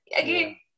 again